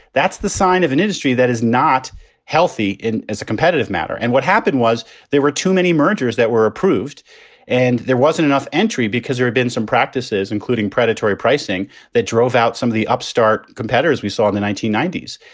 that's the sign of an industry that is not healthy as a competitive matter. and what happened was there were too many mergers that were approved and there wasn't enough entry because there have been some practices, including predatory pricing that drove out some of the upstart competitors we saw in the nineteen ninety s.